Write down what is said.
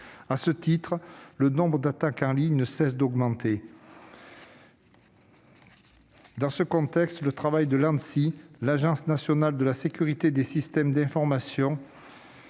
malveillants. Le nombre d'attaques en ligne ne cesse d'augmenter. Dans ce contexte, le travail de l'Agence nationale de la sécurité des systèmes d'information,